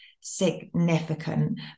significant